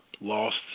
Lost